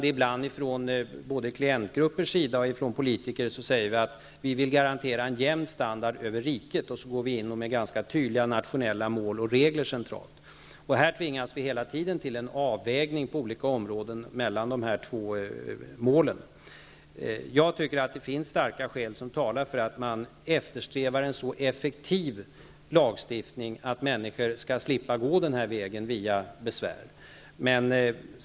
Men från både klientgruppers och politikers sida kan man ibland framhålla att man vill garantera en jämn standard i riket, varför man centralt vill gå in med ganska tydliga nationella mål och regler. När det gäller de här två målen tvingas vi till en avvägning på olika områden. Jag tycker att det finns starka skäl som talar för att man bör eftersträva en så effektiv lagstiftning att människor slipper gå vägen via besvär.